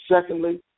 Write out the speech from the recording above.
secondly